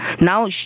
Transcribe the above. now